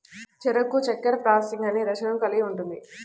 చెరకు చక్కెర ప్రాసెసింగ్ అనేక దశలను కలిగి ఉంటుంది